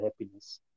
happiness